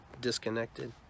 disconnected